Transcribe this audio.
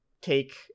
take